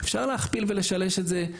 אפשר להכפיל ולשלש את זה.